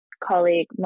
colleague